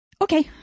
Okay